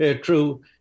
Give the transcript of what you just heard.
true